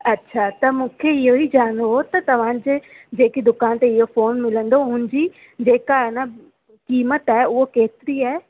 अच्छा त मूंखे इहो ई ॼाणिणो हुओ त तव्हांजे जेकी दुकान ते इहो फ़ोन मिलंदो हुनजी जेका अइन क़िमत आहे उहो केतिरी आहे